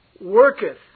worketh